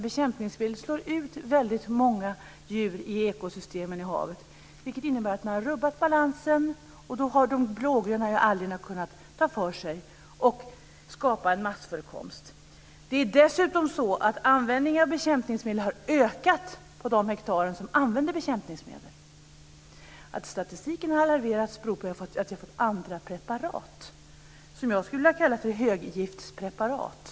Bekämpningsmedel slår ut väldigt många djur i ekosystemen i havet. Det innebär att man har rubbat balansen. De blågröna algerna har kunnat ta för sig och har förökat sig i massor. Det är dessutom så att användning av bekämpningsmedel har ökat på de hektar där bekämpningsmedel används. Att användningen halverats i statistiken beror på att vi har fått andra preparat som jag skulle vilja kalla för höggiftspreparat.